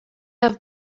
have